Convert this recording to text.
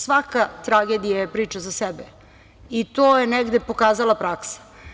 Svaka tragedija je priča za sebe i to je negde pokazala praksa.